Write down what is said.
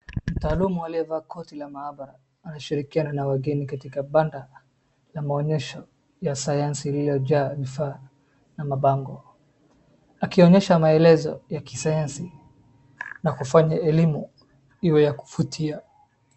Mtaalumu aliyevaa koti la mahabara anashirikiana na wageni katika banda la maonyesho ya sayansi iliyojaa vifaa na mabango akionyesha maelezo ya kisayansi na kufanya elimu iwe ya kuvutia